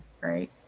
right